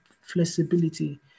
flexibility